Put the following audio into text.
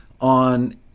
on